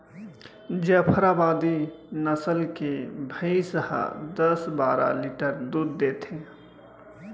जफराबादी नसल के भईंस ह दस बारा लीटर दूद देथे